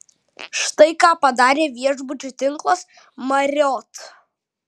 štai ką padarė viešbučių tinklas marriott